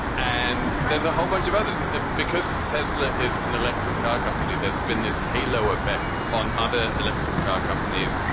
and there's a whole bunch of others because tesla is an electric car company. there's been this halo effect on other electric car companies,